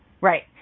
Right